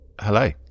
Hello